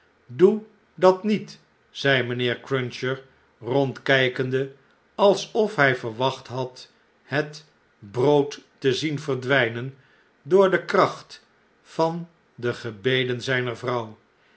doe dat niet zei mjjnheer cruncher rondkijkende alsof hg verwacht had het brood te zien verdwjjnen por de kracht van de gebeden zflner